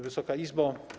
Wysoka Izbo!